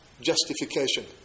justification